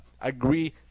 agree